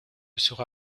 sera